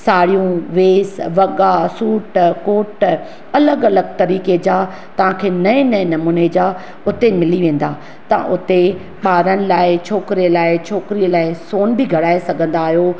साड़ियूं वेसु वॻा सूट कोट अलॻि अलॻि तरीक़े जा तव्हांखे नएं नएं नमूने जा उते मिली वेन्दा तव्हां उते ॿारनि लाइ छोकिरे लाइ छोकिरीअ लाइ सोन बि घड़ाए सघंदा आहियो